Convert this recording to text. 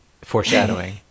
Foreshadowing